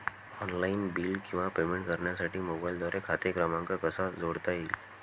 Online bill किंवा payment करण्यासाठी मोबाईलद्वारे खाते क्रमांक कसा जोडता येईल?